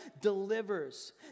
delivers